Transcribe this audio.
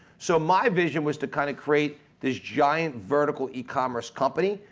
so my vision was to kind of create this giant vertical e-commerce company,